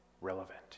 relevant